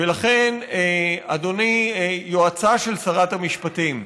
ולכן, אדוני, יועצה של שרת המשפטים,